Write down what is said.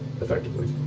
Effectively